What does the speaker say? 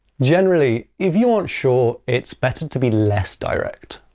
generally, if you aren't sure, it's better to be less direct.